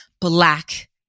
black